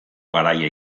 garaia